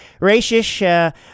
racist